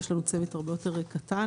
יש לנו צוות הרבה יותר קטן.